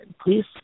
Please